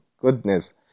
goodness